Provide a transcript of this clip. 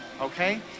okay